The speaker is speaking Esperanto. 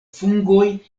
fungoj